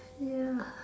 ya